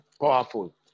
powerful